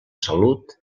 salut